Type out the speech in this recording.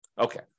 Okay